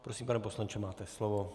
Prosím, pane poslanče, máte slovo.